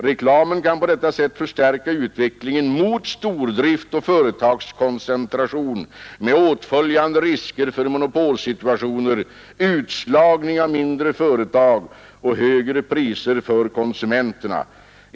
Reklamen kan al på detta sätt förstärka utvecklingen mot stordrift och företagskoncentration med åtföljande risker för monopolsituationer, utslagning av mindre företag och högre priser för konsumenterna.